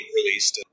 released